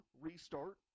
restart